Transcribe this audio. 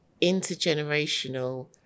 intergenerational